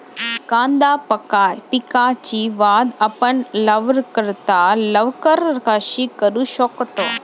कांदा पिकाची वाढ आपण लवकरात लवकर कशी करू शकतो?